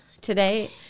Today